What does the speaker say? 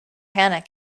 hannah